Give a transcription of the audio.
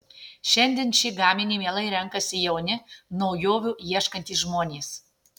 šiandien šį gaminį mielai renkasi jauni naujovių ieškantys žmonės